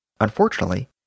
Unfortunately